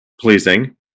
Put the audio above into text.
pleasing